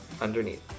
underneath